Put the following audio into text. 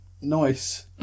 nice